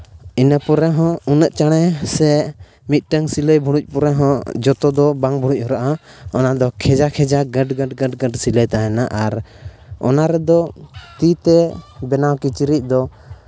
ᱤᱱᱟᱹ ᱯᱚᱨᱮ ᱦᱚᱸ ᱩᱱᱟᱹᱜ ᱪᱟᱬᱮ ᱥᱮ ᱢᱤᱫᱴᱟᱱ ᱥᱤᱞᱟᱹᱭ ᱵᱷᱩᱲᱩᱡ ᱯᱚᱨᱮ ᱦᱚᱸ ᱡᱚᱛᱚ ᱫᱚ ᱵᱟᱝ ᱵᱷᱩᱲᱩᱡ ᱦᱚᱨᱟᱜᱼᱟ ᱚᱱᱟ ᱫᱚ ᱠᱷᱮᱡᱟ ᱠᱷᱮᱡᱟ ᱜᱟᱹᱴ ᱜᱟᱹᱴ ᱥᱤᱞᱟᱹᱭ ᱛᱟᱦᱮᱱᱟ ᱟᱨ ᱚᱱᱟ ᱨᱮᱫᱚ ᱛᱤᱛᱮ ᱵᱮᱱᱟᱣ ᱠᱤᱪᱨᱤᱡ ᱫᱚ